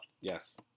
Yes